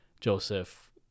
Joseph